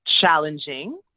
challenging